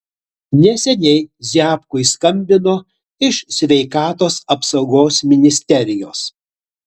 neseniai ziabkui skambino iš sveikatos apsaugos ministerijos